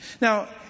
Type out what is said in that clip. Now